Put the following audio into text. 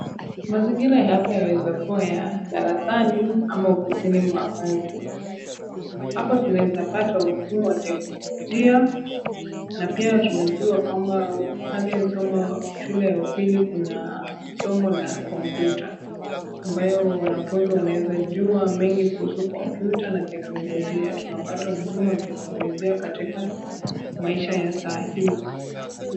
Mazingira hapa yaweza kuwa ya darasani ama ofisini mwa kazi. Hapa tunaweza pata huduma teknolojia na pia tunajua kwamba pale somo shule ya upili kuna somo la kompyuta. Ambayo, wanafunzi wanaweza jua mengi kuhusu kompyuta na teknolojia. Tunapata huduma teknolojia katika maisha ya sahii.